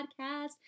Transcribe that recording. podcast